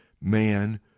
man